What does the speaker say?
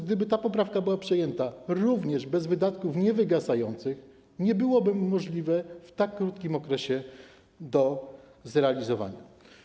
Gdyby ta poprawka była przyjęta również bez wydatków niewygasających, to nie byłoby możliwe w tak krótkim okresie do zrealizowania.